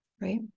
right